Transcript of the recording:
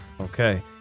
Okay